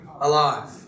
alive